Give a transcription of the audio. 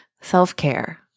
self-care